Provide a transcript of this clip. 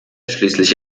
schließlich